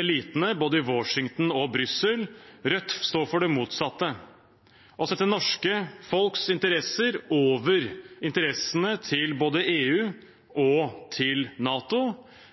elitene i både Washington og Brussel. Rødt står for det motsatte og setter norske folks interesser over interessene til både EU og NATO.